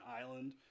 island